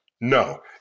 no